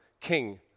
king